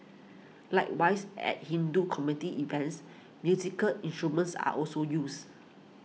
likewise at Hindu community events musical instruments are also used